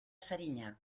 serinyà